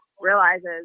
realizes